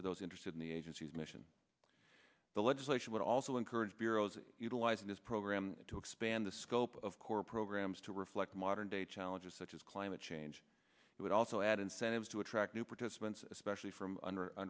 for those interested in the agency's mission the legislation would also encourage bureaus utilizing this program to expand the scope of core programs to reflect modern day challenges such as climate change it would also add incentives to attract new participants especially from under under